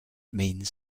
means